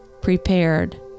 prepared